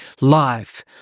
Life